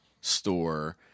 store